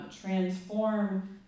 transform